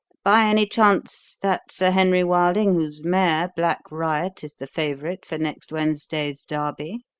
by any chance that sir henry wilding whose mare, black riot, is the favourite for next wednesday's derby?